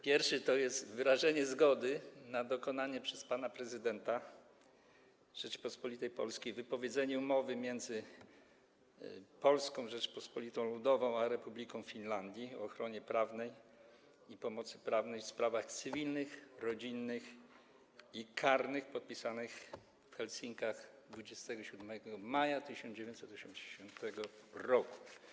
Pierwszy to jest wyrażenie zgody na dokonanie przez pana prezydenta Rzeczypospolitej Polskiej wypowiedzenia umowy między Polską Rzecząpospolitą Ludową a Republiką Finlandii o ochronie prawnej i pomocy prawnej w sprawach cywilnych, rodzinnych i karnych, podpisanej w Helsinkach 27 maja 1980 r.